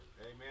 Amen